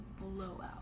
blowout